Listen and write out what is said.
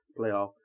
playoff